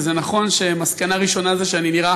וזה נכון שמסקנה ראשונה זה שאני נראה